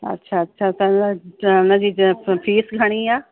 अच्छा अच्छा त उन त हुनजी ज फ़ीस घणी आहे